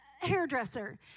hairdresser